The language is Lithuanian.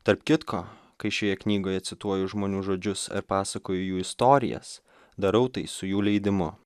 tarp kitko kai šioje knygoje cituoju žmonių žodžius ir pasakoju jų istorijas darau tai su jų leidimu